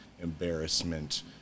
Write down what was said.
embarrassment